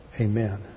Amen